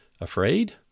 Afraid